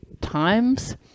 times